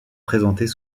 présentés